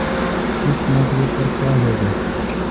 किस्त न देबे पर का होगा?